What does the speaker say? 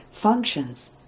functions